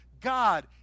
God